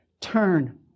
Turn